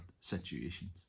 situations